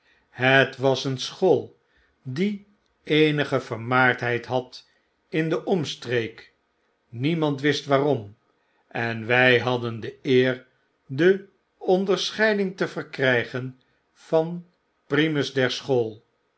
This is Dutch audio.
het was een school die eenige vermaardheid had in de omstreek niemand wist waarom en wij hadden de eer de onderscheiding te verkrygen van primus der school